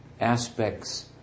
aspects